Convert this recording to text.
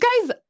guy's